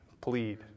plead